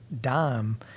dime